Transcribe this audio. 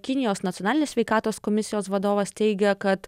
kinijos nacionalinės sveikatos komisijos vadovas teigia kad